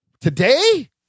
Today